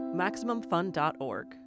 MaximumFun.org